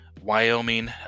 Wyoming